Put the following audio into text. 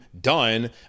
done